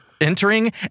entering